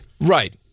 Right